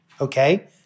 Okay